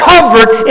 covered